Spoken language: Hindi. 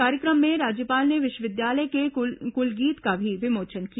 कार्यक्रम में राज्यपाल ने विश्वविद्यालय के कुलगीत का भी विमोचन किया